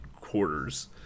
quarters